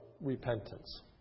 repentance